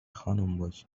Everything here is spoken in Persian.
خانمباجی